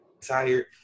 tired